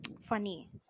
funny